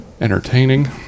entertaining